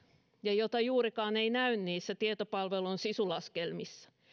ja jota juurikaan ei näy niissä tietopalvelun sisu laskelmissa